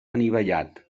anivellat